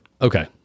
Okay